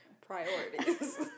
priorities